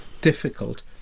difficult